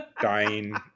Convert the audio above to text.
dying